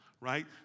right